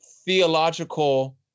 theological